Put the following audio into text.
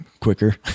quicker